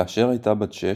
כאשר הייתה בת שש,